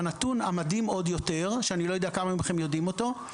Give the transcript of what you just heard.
הנתון המדהים עוד יותר שאני לא יודע כמה מכם יודעים אותו,